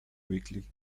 weakly